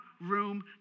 room